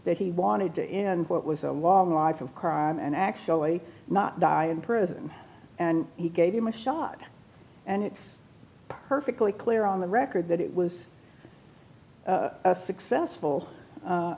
that he wanted to in what was a long life of crime and actually not die in prison and he gave him a shot and it's perfectly clear on the record that it was a successful